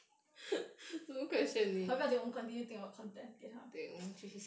ah 不用紧我们 continue to think of content 给她